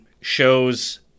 shows